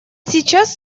сейчас